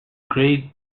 great